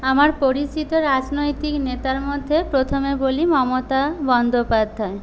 আমার পরিচিত রাজনৈতিক নেতার মধ্যে প্রথমে বলি মমতা বন্দ্যোপাধ্যায়